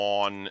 on